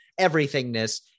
everythingness